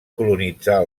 colonitzar